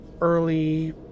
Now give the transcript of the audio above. early